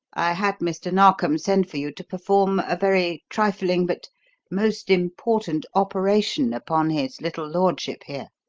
i had mr. narkom send for you to perform a very trifling but most important operation upon his little lordship here.